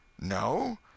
No